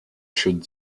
shoot